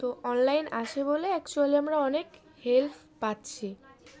তো অনলাইন আছে বলে অ্যাকচুয়ালি আমরা অনেক হেল্প পাচ্ছি